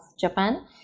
Japan